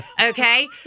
Okay